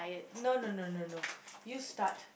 no no no no no you start